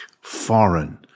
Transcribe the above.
foreign